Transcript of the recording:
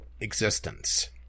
existence